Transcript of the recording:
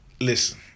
listen